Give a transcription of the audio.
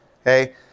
okay